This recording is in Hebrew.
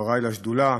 חברי לשדולה,